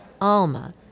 Alma